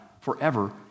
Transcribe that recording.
forever